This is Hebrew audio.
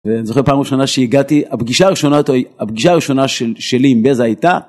ואני זוכר פעם ראשונה שהגעתי, הפגישה הראשונה שלי עם בזה הייתה.